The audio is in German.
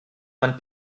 man